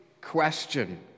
question